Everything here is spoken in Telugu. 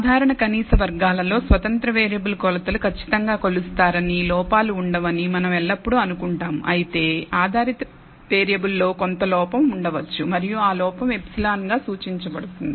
సాధారణ కనీస వర్గాలలో స్వతంత్ర వేరియబుల్ కొలతలు ఖచ్చితంగా కొలుస్తారని లోపాలు ఉండవని మనం ఎల్లప్పుడూ అనుకుంటాము అయితే ఆధారిత వేరియబుల్లో కొంత లోపం ఉండవచ్చు మరియు ఆ లోపం ε గా సూచించబడుతుంది